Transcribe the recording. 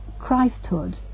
Christhood